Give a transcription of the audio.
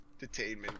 detainment